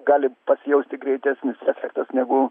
gali pasijausti greitesnis efektas negu